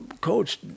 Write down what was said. Coach